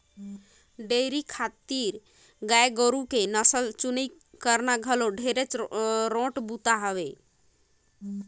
dairy खातिर गाय गोरु के नसल चुनई करना घलो ढेरे रोंट बूता हवे